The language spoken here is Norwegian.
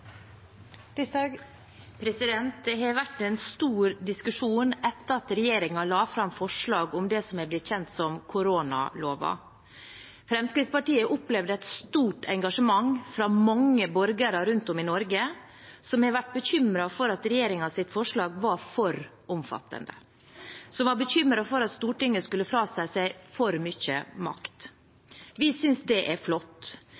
komme igjennom det sammen. Det har vært en stor diskusjon etter at regjeringen la fram forslag om det som er blitt kjent som koronaloven. Fremskrittspartiet opplevde et stort engasjement fra mange borgere rundt om i Norge som har vært bekymret for at regjeringens forslag var for omfattende, og som var bekymret for at Stortinget skulle frasi seg for mye makt. Vi synes det er flott.